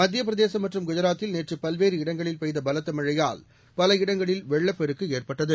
மத்தியப்பிரதேசம் மற்றும் குஜராத்தில் நேற்று பல்வேறு இடங்களில் பெய்த பலத்த மழையால் பல இடங்களில் வெள்ளப்பெருக்கு ஏற்பட்டது